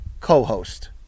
co-host